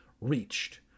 Reached